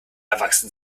erwachsen